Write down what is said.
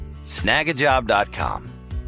Snagajob.com